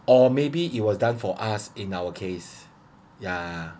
or maybe it was done for us in our case ya